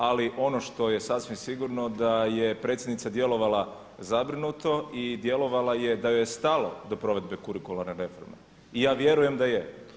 Ali ono što je sasvim sigurno da je Predsjednica djelovala zabrinuto i djelovala je da joj je stalo do provedbe kurikularne reforme i ja vjerujem da je.